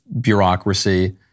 bureaucracy